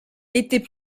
était